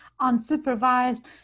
unsupervised